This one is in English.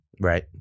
Right